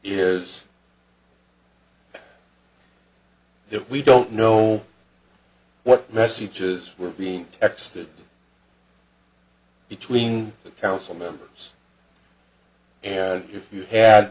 is that we don't know what messages were being texted between the council members and if you had